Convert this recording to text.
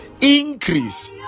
Increase